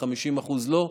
ו-50% לא.